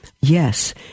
Yes